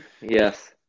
yes